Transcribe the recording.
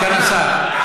סגן השר,